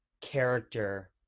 character